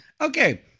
Okay